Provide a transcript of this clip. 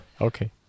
okay